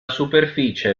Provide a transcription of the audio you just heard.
superficie